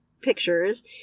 pictures